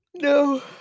No